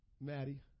Maddie